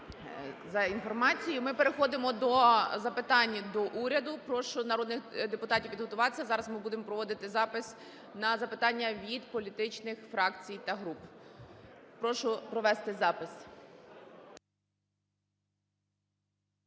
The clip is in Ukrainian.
за інформацію. Ми переходимо до запитань до уряду. Прошу народних депутатів підготуватися, зараз ми будемо проводити запис на запитання від політичних фракцій та груп. Прошу провести запис.